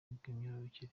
bw’imyororokere